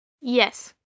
Yes